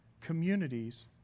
communities